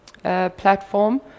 platform